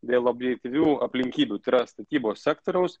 dėl objektyvių aplinkybių tai yra statybos sektoriaus